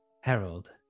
Harold